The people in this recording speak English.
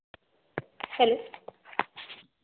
hello